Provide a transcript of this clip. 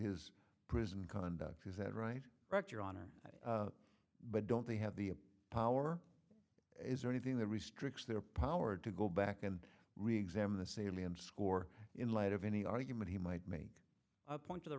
his prison conduct is that right right your honor but don't they have the power is there anything that restricts their power to go back and reexamine the salient score in light of any argument he might make a point to the